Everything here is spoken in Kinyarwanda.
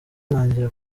ntangira